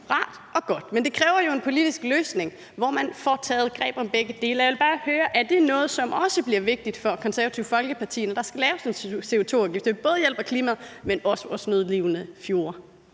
Rart og godt. Men det kræver jo en politisk løsning, hvor man får taget greb om begge dele. Jeg vil bare høre, om det er noget, der også bliver vigtigt for Det Konservative Folkeparti, når der skal laves en CO2-afgift. Det vil både hjælpe klimaet, men også vores nødlidende fjorde.